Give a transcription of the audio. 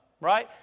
right